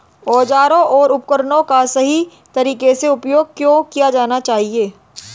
औजारों और उपकरणों का सही तरीके से उपयोग क्यों किया जाना चाहिए?